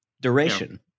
duration